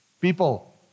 People